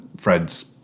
Fred's